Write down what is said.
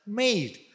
made